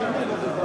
עניין של בית-משפט.